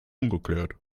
ungeklärt